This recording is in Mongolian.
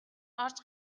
орж